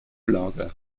lager